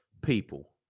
people